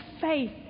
faith